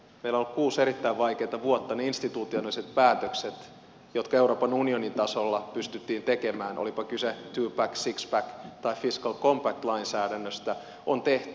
meillä on ollut kuusi erittäin vaikeata vuotta ja ne institutionaaliset päätökset jotka euroopan unionin tasolla pystyttiin tekemään olipa kyse twopack sixpack tai fiscal compact lainsäädännöstä on tehty